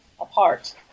apart